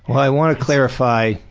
i want to clarify,